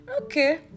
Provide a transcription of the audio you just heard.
okay